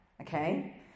okay